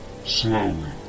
slowly